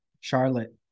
Charlotte